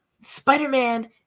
Spider-Man